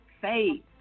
Faith